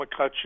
McCutcheon